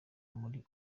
muri